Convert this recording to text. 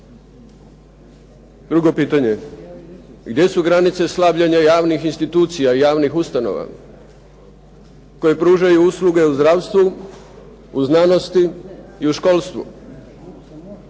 Drugo pitanje. Gdje su granice slabljenja javnih institucija i javnih ustanova, koje pružaju usluge u zdravstvu, u znanosti i u školstvu?